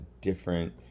different